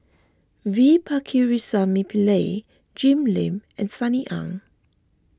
V Pakirisamy Pillai Jim Lim and Sunny Ang